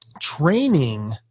training